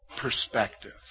perspective